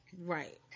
Right